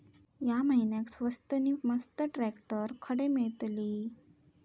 या महिन्याक स्वस्त नी मस्त ट्रॅक्टर खडे मिळतीत?